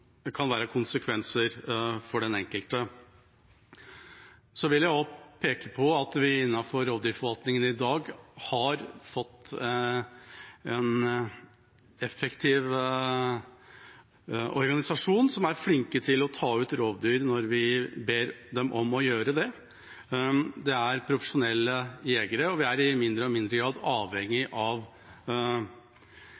kan være konsekvenser for den enkelte. Så vil jeg også peke på at vi innenfor rovdyrforvaltningen i dag har fått en effektiv organisasjon som er flink til å ta ut rovdyr når vi ber dem om å gjøre det. Det er profesjonelle jegere, og vi er i mindre og mindre grad avhengig